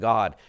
God